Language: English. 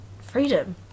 freedom